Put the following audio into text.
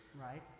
Right